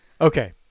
Okay